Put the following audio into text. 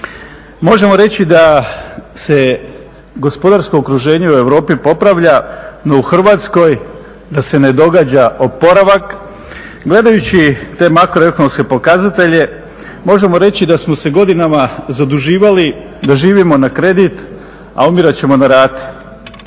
možemo reći da se gospodarsko okruženje u Europi popravlja, no u Hrvatskoj da se ne događa oporavak. Gledajući te makroekonomske pokazatelje možemo reći da smo se godinama zaduživali, da živimo na kredit, a umirat ćemo na rate.